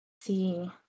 See